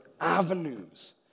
avenues